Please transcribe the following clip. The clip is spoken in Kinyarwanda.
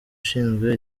ushinzwe